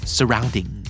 Surrounding